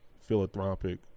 philanthropic